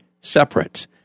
separate